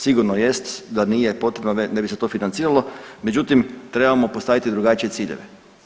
Sigurno jest, da nije potrebno ne bi se to financiralo, međutim trebamo postaviti drugačije ciljeve.